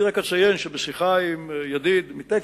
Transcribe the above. אני רק אציין שבשיחה עם ידיד מטקסס,